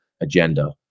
agenda